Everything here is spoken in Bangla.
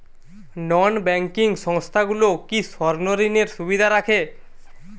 নন ব্যাঙ্কিং সংস্থাগুলো কি স্বর্ণঋণের সুবিধা রাখে?